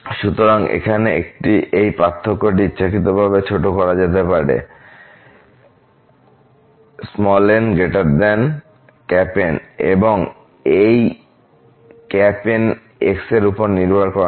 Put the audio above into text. সুতরাং এখানে এই পার্থক্যটি ইচ্ছাকৃতভাবে ছোট করা যেতে পারে n≥N ϵ এবং এই N x এরউপর নির্ভর করে না